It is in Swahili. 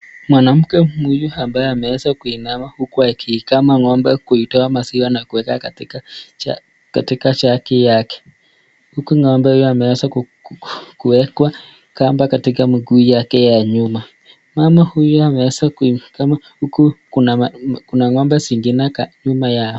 Mwanamke huyu ambaye ameweza kuinama huku akiikama ng'ombe kuitoa maziwa na kuweka katika shaki yake, huku ng'ombe huyu ameweza kuwekwa kamba katika miguu yake ya nyuma ,mama huyu ameweza kuikama huku kuna ng'ombe zingine nyuma yao.